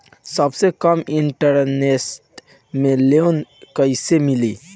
सबसे कम इन्टरेस्ट के लोन कइसे मिली?